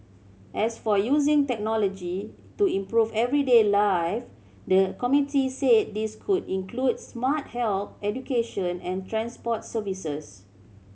as for using technology to improve everyday life the committee said this could include smart health education and transport services